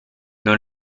non